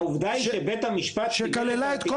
העובדה היא שבית המשפט --- שכללה את כל,